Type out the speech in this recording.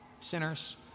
Sinners